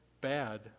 bad